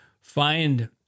find